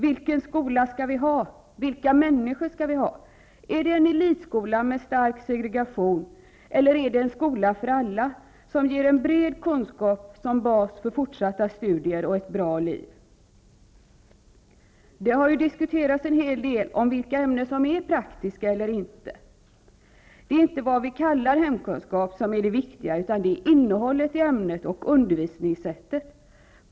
Vilken skola skall vi ha? Vilka människor skall vi ha? Skall vi ha en elitskola med stark segregation eller en skola för alla, som ger en bred kunskap som bas för fortsatta studier och ett bra liv? Det har diskuterats en hel del om vilka ämnen som är praktiska eller inte. Det är inte vad vi kallar hemkunskap som är det viktiga, utan innehållet och undervisningssättet.